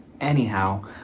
Anyhow